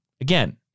Again